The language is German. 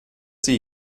sie